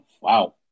wow